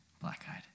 black-eyed